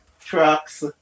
trucks